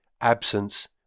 absence